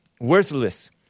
worthless